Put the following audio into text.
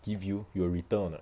give you you'll return or not